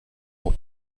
pour